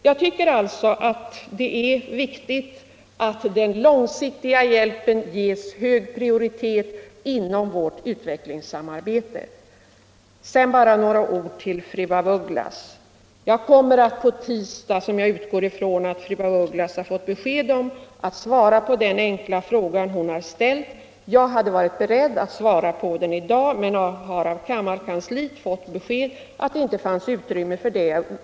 Jag tycker alltså att det är viktigt att den långsiktiga hjälpen ges hög prioritet inom vårt utvecklingssamarbete. Sedan bara några ord till fru af Ugglas. Jag kommer att på tisdag — vilket jag utgår från att fru af Ugglas har fått besked om — svara på den fråga hon har ställt. Jag hade varit beredd att svara på den i dag, men jag har av kammarkansliet fått veta att det inte finns utrymme för det.